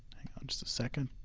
on just a second.